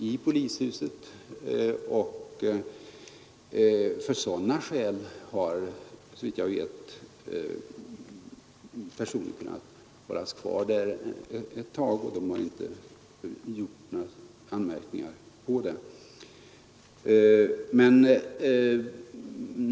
Av sådana skäl har såvitt jag vet en person kunnat hållas kvar ett par timmar extra utan att vara anhållen och utan att några anmärkningar gjorts.